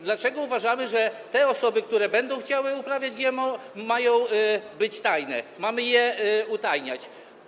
Dlaczego uważamy, że dane osób, które będą chciały uprawiać GMO, mają być tajne, mamy je utajniać?